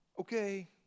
okay